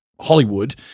Hollywood